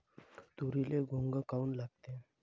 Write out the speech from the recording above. तुरीले घुंग काऊन लागते?